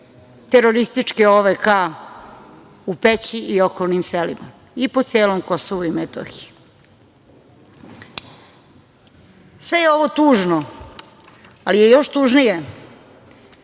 terorističke OVK-a u Peći i okolnim selima i po celom Kosovu i Metohiji. Sve je ovo tužno, ali je još tužnije